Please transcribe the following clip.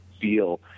feel